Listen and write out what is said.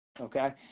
okay